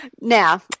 Now